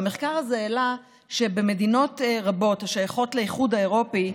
במחקר הזה עלה שבמדינות רבות השייכות לאיחוד האירופי,